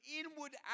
inward